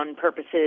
purposes